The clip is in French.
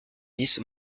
dix